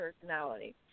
personality